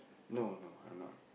no no I'm not